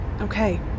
Okay